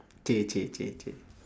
okay okay okay okay